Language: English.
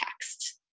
text